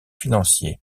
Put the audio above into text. financier